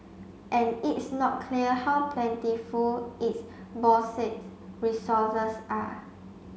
and it's not clear how plentiful its bauxite resources are